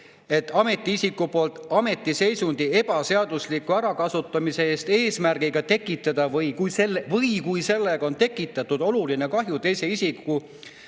see: ametiisiku poolt ametiseisundi ebaseadusliku ärakasutamise eest eesmärgiga tekitada või kui sellega on tekitatud oluline kahju teise isiku